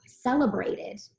celebrated